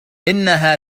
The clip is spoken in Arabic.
إنها